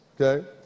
okay